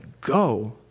go